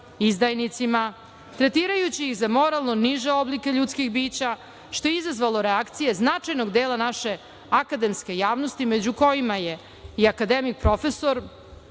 izdajnicima, tretirajući ih za moralno niže oblike ljudskih bića, što je izazvalo reakcije značajnog dela naše akademske javnosti, među kojima je i akademik profesor